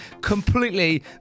completely